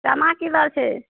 चना की दर छै